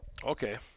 Okay